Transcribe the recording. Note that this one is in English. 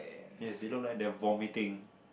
yes it look like they're vomitting